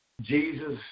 Jesus